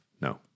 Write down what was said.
no